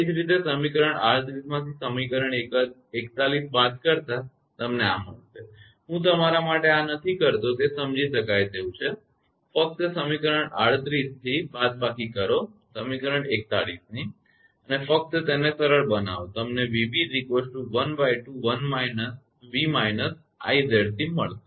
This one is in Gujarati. એ જ રીતે તમે સમીકરણ 38 માંથી સમીકરણ 41 બાદ કરતા તમને આ મળશે હું તમારા માટે આ નથી કરતો તે સમજી શકાય તેવું છે ફક્ત તમે સમીકરણ 38 થી બાદબાકી કરો સમીકરણ 41 ની અને ફક્ત તેને સરળ બનાવો તમને 𝑉𝑏½𝑉 − 𝑖𝑍𝑐 મળશે